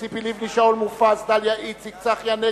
ציפי לבני, שאול מופז, דליה איציק, צחי הנגבי,